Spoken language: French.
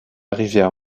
rivière